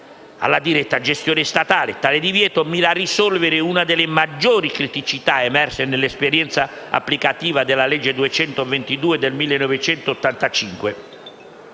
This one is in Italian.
alla diretta gestione statale. Tale divieto mira a risolvere una delle maggiori criticità emerse nell'esperienza applicativa della legge n. 222 del 1985,